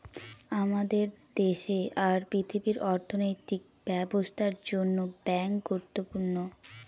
আমাদের দেশে আর পৃথিবীর অর্থনৈতিক ব্যবস্থার জন্য ব্যাঙ্ক গুরুত্বপূর্ণ